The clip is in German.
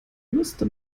müsste